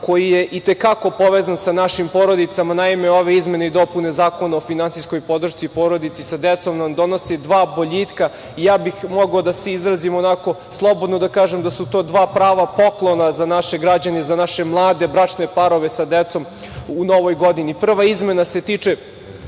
koji je i te kako povezan sa našim porodicama. Naime, ove izmene i dopune Zakona o finansijskoj podršci porodici sa decom nam donosi dva boljitka. Ja bih mogao da se izrazim onako, slobodno da kažem, da su to dva prava poklona za naše građane i za naše mlade bračne parove sa decom u novoj godini. Prva izmena se tiče